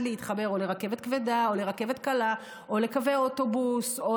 להתחבר או לרכבת כבדה או לרכבת קלה או לקווי אוטובוס או